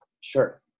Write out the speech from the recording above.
Sure